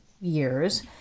years